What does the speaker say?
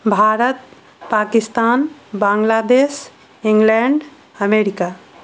Bharat Pakistan Bangladesh England America